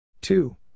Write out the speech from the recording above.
Two